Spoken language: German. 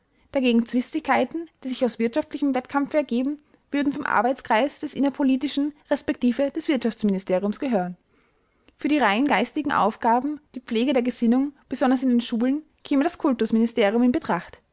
dagegen zwistigkeiten die sich aus wirtschaftlichem wettkampfe ergeben würden zum arbeitskreis des innerpolitischen resp des wirtschaftsministeriums gehören für die rein geistigen aufgaben die pflege der gesinnung besonders in den schulen käme das kultusministerium in betracht